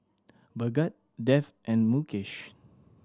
Bhagat Dev and Mukesh